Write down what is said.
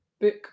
book